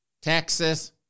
Texas